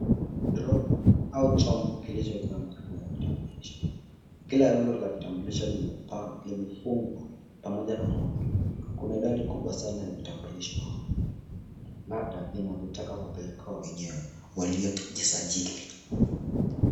Draw au chombo kilichojaa vitambulisho. Kila rundo la vitambulisho limefungwa pamoja na raba. Kuna idadi kubwa sana ya vitambulisho labda vinavyotaka kupelekewa wenyewe waliojisajili.